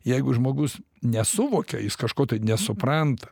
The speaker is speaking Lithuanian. jeigu žmogus nesuvokia jis kažko nesupranta